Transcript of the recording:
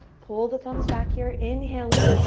pull the thumbs back here. inhale in.